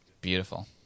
Beautiful